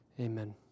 Amen